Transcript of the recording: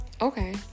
Okay